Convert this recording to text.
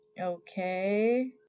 okay